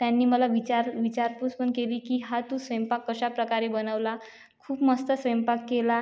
त्यांनी मला विचार विचारपूस पण केली की हा तू स्वयंपाक कशा प्रकारे बनवला खूप मस्त स्वयंपाक केला